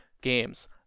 games